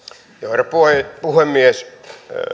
herra puhemies